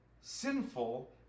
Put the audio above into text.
sinful